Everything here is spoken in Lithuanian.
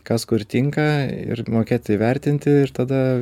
kas kur tinka ir mokėt įvertinti ir tada